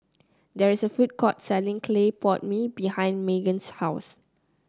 there is a food court selling Clay Pot Mee behind Magen's house